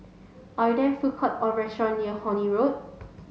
are there food court or restaurant near Horne Road